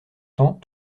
temps